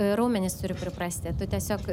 raumenys turi priprasti tu tiesiog